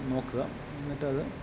നോക്കുക എന്നിട്ടത്